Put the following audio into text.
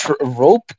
Rope